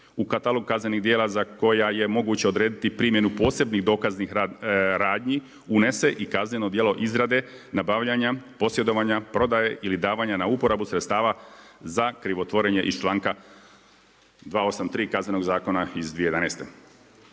u katalog kaznenih djela za koja je moguće odrediti primjenu posebnih dokaznih radnji unese i kazneno djelo izrade, nabavljanja, posjedovanja, prodaje ili davanja na uporabu sredstava za krivotvorenje iz članka 283. Kaznenog zakona iz 2011.